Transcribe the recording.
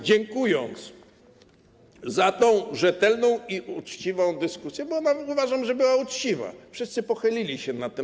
Dziękując za tę rzetelną i uczciwą dyskusję, bo uważam, że ona była uczciwa, wszyscy pochylili się nad tym.